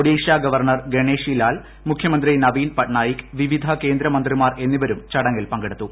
Odisha governor Ganeshi Lal മുഖ്യമന്ത്രി നവീൻ പട്നായിക്ക് വിവിധ കേന്ദ്രമന്ത്രിമാർ എന്നിവരും ചടങ്ങിൽ പങ്കെടുത്തു